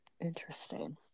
Interesting